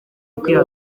ukwiha